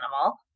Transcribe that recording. animal